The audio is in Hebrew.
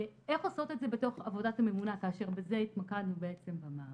איך עושות את זה בתוך עבודת הממונה כאשר בזה התמקדנו במאמר